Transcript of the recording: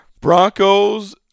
Broncos